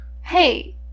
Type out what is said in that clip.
Hey